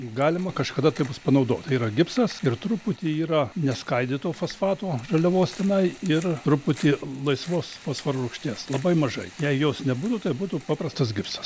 galima kažkada tai bus panaudot tai yra gipsas ir truputį yra neskaidytų fosfatų žaliavos tenai ir truputį laisvos fosforo rūgšties labai mažai jei jos nebūtų tai būtų paprastas gipsas